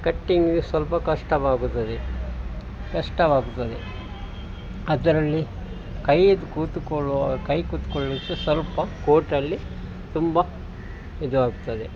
ಕಟ್ಟಿಂಗಿಗೆ ಸ್ವಲ್ಪ ಕಷ್ಟವಾಗುತ್ತದೆ ಕಷ್ಟವಾಗುತ್ತದೆ ಅದರಲ್ಲಿ ಕೈದು ಕೂತುಕೊಳ್ಳುವ ಕೈ ಕುತ್ಕೊಳ್ಳಲಿಕ್ಕೆ ಸ್ವಲ್ಪ ಕೋಟಲ್ಲಿ ತುಂಬ ಇದು ಆಗ್ತದೆ